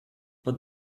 but